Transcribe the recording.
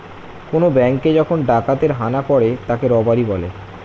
কোন ব্যাঙ্কে যখন ডাকাতের হানা পড়ে তাকে রবারি বলে